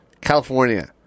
California